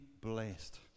blessed